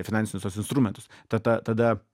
finansinius tuos instrumentus tata tada